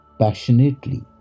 passionately